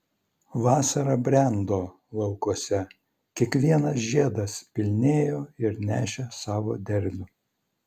vasara brendo laukuose kiekvienas žiedas pilnėjo ir nešė savo derlių